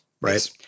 right